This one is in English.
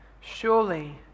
surely